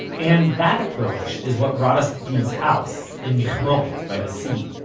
and that approach is what brought us to gil's house, in michmoret, by the sea,